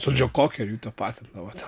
su džo kokeriu jį tapatindavo ten